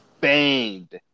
banged